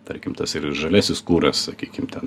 tarkim tas žaliasis kuras sakykim ten